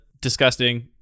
disgusting